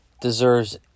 deserves